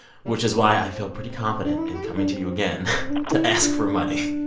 which is why i feel pretty confident in coming to you again to ask for money.